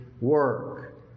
work